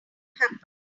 happen